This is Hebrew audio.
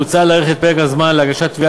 מוצע להאריך את פרק הזמן להגשת תביעה